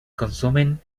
consumen